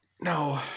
No